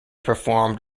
performed